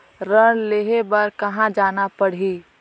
ऋण लेहे बार कहा जाना पड़ही?